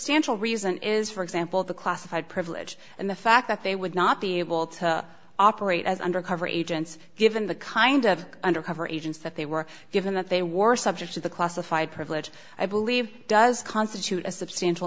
substantial reason is for example the classified privilege and the fact that they would not be able to operate as undercover agents given the kind of undercover agents that they were given that they were subject to the classified privilege i believe does constitute a substantial